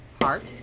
Heart